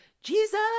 Jesus